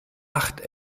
acht